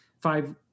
five